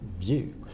view